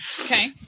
Okay